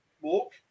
walk